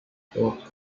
both